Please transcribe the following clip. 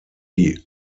die